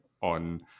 on